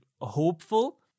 hopeful